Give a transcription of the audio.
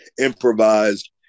improvised